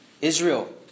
Israel